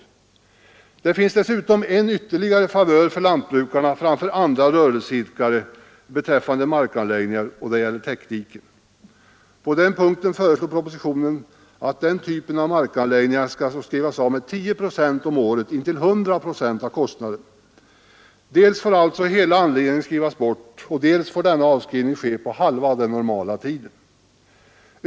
Lantbrukare har dessutom ytterligare en favör framför andra rörelseidkare beträffande markanläggningar, och det gäller täckdiken. Propositionen föreslår att den typen av markanläggningar skall få skrivas av med 10 procent om året intill 100 procent av kostnaden. Dels får alltså hela anläggningen skrivas bort, dels får denna avskrivning ske på halva den normala tiden.